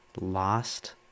lost